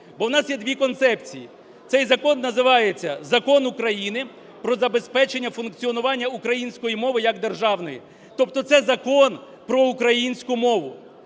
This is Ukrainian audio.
Бо в нас є дві концепції. Цей закон називається "Закон України "Про забезпечення функціонування української мови як державної". Тобто це закон про українську мову.